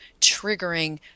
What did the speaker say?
triggering